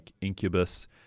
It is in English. Incubus